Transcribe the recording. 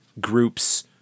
group's